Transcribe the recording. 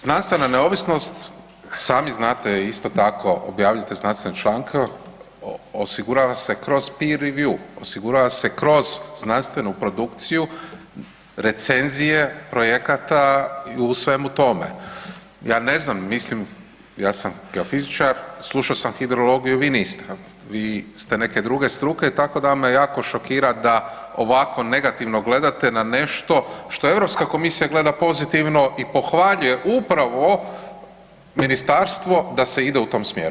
Znanstvena neovisnost, sami znate isto tako, objavljujete znanstvene članke, osigurava se kroz ... review, osigurava se kroz znanstvenu produkciju, recenzije projekata i u svemu tome. ja ne znam, mislim, ja sam geofizičar, slušao sam hidrologiju, vi niste jel, vi ste neke druge struke, tako da me jako šokira da ovako negativno gledate na nešto što Europska komisija gleda pozitivno i pohvaljuje upravo ministarstvo da se ide u tom smjeru.